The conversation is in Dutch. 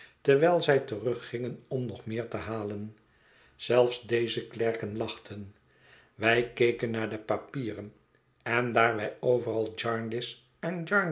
terwijl zij teruggingen om nog meer te halen zelfs deze klerken lachten wij keken naar de papieren en daar wij overal jarndyce en